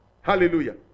Hallelujah